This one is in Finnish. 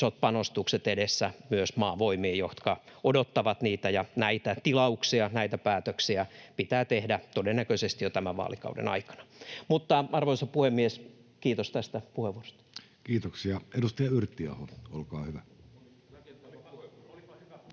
isot panostukset edessä myös maavoimiin, jotka odottavat niitä ja näitä tilauksia. Näitä päätöksiä pitää tehdä todennäköisesti jo tämän vaalikauden aikana. — Arvoisa puhemies, kiitos tästä puheenvuorosta. [Kimmo Kiljunen: Oli rakentava